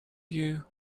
you